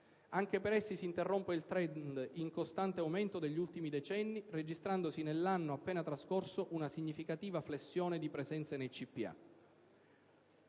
Anche per essi si interrompe il *trend* in costante aumento degli ultimi decenni, registrandosi nell'anno appena trascorso una significativa flessione di presenze nei